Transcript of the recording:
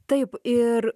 taip ir